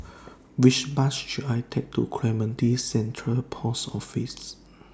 Which Bus should I Take to Clementi Central Post Office